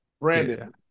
Brandon